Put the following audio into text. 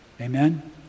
Amen